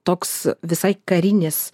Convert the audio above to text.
toks visai karinis